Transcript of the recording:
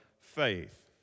faith